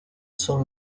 son